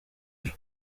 ejo